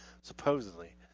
supposedly